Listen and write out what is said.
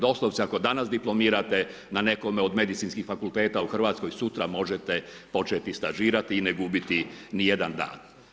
Doslovce ako danas diplomirate na nekome od medicinskih fakulteta u Hrvatskoj, sutra možete početi stažirati i ne gubiti ni jedan dan.